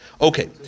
Okay